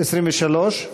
23?